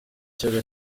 kiyaga